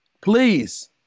please